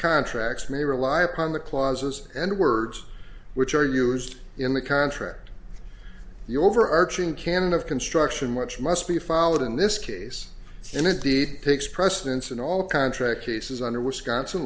contracts may rely upon the clauses and words which are used in the contract the overarching canon of construction which must be followed in this case and indeed takes precedence in all contract cases under wisconsin